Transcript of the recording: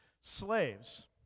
Slaves